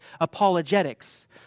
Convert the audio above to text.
apologetics